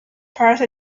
past